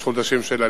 יש חודשים של עליות,